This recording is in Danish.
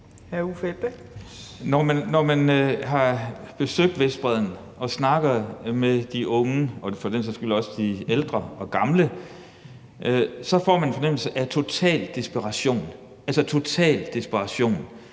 Når man har besøgt Vestbredden og snakket med de unge – og for den sags skyld også de ældre og gamle – har man fået en fornemmelse af total desperation.